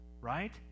right